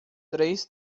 três